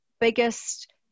Biggest